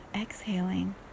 exhaling